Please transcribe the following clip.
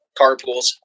carpools